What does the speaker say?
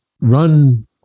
run